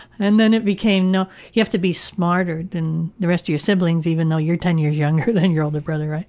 and then it became you have to be smarter than the rest of your siblings even though you're ten years younger than your older brother, right?